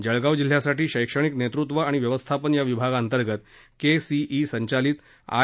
जळगाव जिल्ह्यासाठी शैक्षणिक नेतृत्व आणि व्यवस्थापन या विभागातर्गत के सी ई संचालित आय